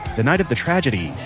the night of the tragedy,